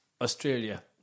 Australia